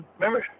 Remember